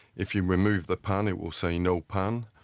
if you remove the pan it will say no pan,